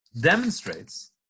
demonstrates